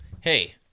hey